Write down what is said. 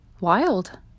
wild